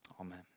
Amen